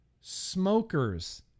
smokers